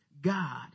God